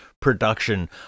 production